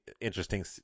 interesting